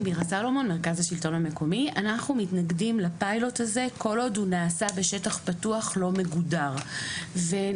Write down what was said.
אנחנו מתנגדים לפיילוט הזה כל עוד הוא נעשה בשטח פתוח לא מגודר ונסביר.